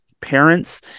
parents